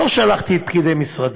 לא שלחתי את פקידי משרדי,